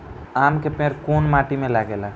आम के पेड़ कोउन माटी में लागे ला?